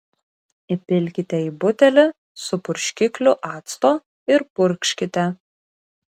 įpilkite į butelį su purškikliu acto ir purkškite